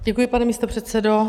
Děkuji, pane místopředsedo.